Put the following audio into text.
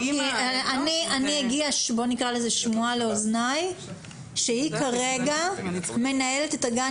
הגיעה שמועה לאוזניי שכרגע היא מנהלת את גן